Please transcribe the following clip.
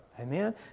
Amen